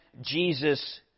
Jesus